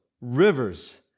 rivers